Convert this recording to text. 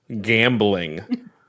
gambling